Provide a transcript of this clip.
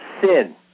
sin